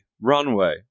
runway